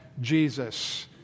Jesus